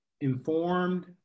informed